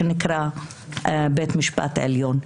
שנקרא "בית המשפט העליון".